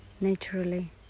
naturally